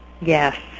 Yes